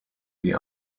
die